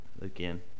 Again